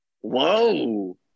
Whoa